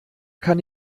kann